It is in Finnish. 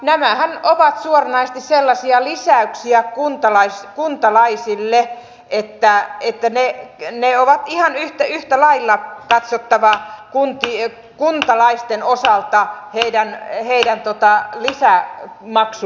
nämähän ovat suoranaisesti sellaisia lisäyksiä kuntalaisille että ne on ihan yhtä lailla katsottava kuntalaisten osalta heidän lisämaksuikseen